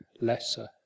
lesser